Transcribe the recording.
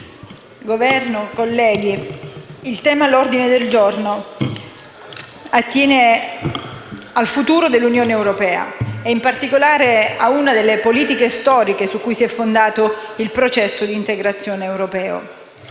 onorevoli colleghi, il tema all'ordine del giorno attiene al futuro dell'Unione europea e, in particolare, a una delle politiche storiche su cui si è fondato il processo di integrazione europeo.